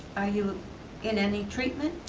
are you in any treatment?